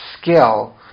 skill